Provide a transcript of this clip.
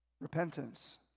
repentance